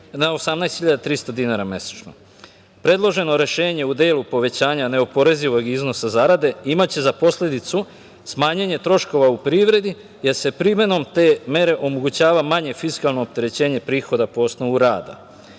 18.300 dinara mesečno. Predloženo rešenje u delu povećanja neoporezivog iznosa zarade imaće za posledicu smanjenje troškova u privredi, jer se primenom te mere omogućava manje fiskalno opterećenje prihoda po osnovu